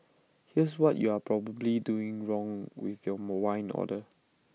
here's what you are probably doing wrong with your more wine order